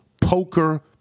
poker